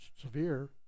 severe